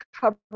cover